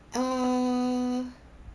ah